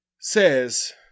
Says